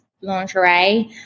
lingerie